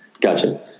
Gotcha